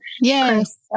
Yes